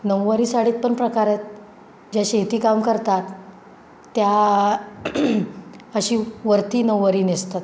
नऊवारी साडीत पण प्रकार आहेत ज्या शेतीकाम करतात त्या अशी वरती नऊवारी नेसतात